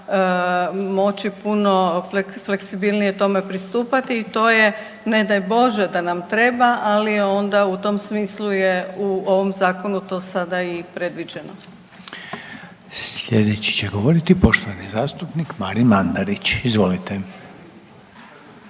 moći puno fleksibilnije tome pristupati i to je ne daj Bože da nam treba, ali onda u tom smislu je u ovom zakonu to sada i predviđeno. **Reiner, Željko (HDZ)** Slijedeći će govoriti poštovani zastupnik Marin Mandarić, izvolite.